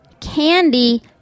candy